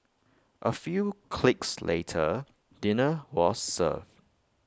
A few clicks later dinner was served